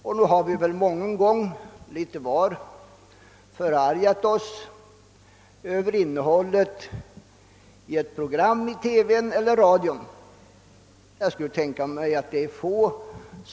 Alla har vi väl någon gång förargat oss över innehållet i ett TV eller radioprogram.